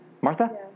Martha